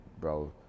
bro